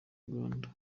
uganda